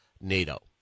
NATO